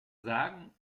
sagen